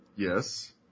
Yes